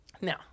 Now